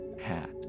hat